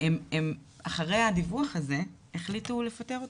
אחרי הדיווח הזה החליטו לפטר אותו,